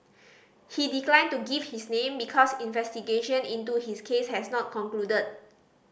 he declined to give his name because investigation into his case has not concluded